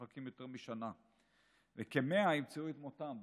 מחכים יותר משנה, וכ-100 ימצאו את מותם בהמתנה,